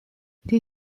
did